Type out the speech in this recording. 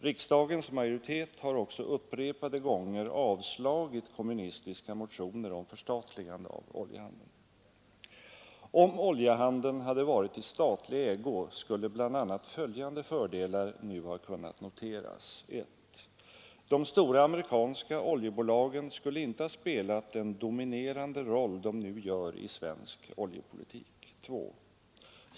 Riksdagens majoritet har också upprepade gånger avslagit kommunistiska motioner om förstatligande av oljehandeln. Om oljehandeln hade varit i statlig ägo skulle bl.a. följande fördelar nu ha kunnat noteras: 1. De stora amerikanska oljebolagen skulle inte ha spelat den dominerande roll de nu har i svensk oljepolitik. 2.